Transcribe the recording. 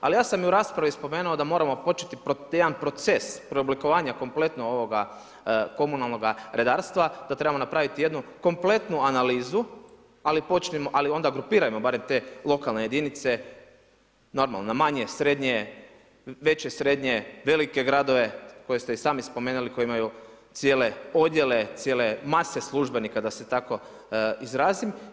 Ali ja sam i u raspravi spomenuo da moramo početi jedan proces preoblikovanja kompletno ovoga komunalnoga redarstva, da trebamo napraviti jednu kompletnu analizu ali počnimo, ali onda grupirajmo barem te lokalne jedinice normalno na manje, srednje, veće srednje, velike gradove koje ste i sami spomenuli koji imaju cijele odjele, cijele mase službenika da se tako izrazim.